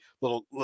little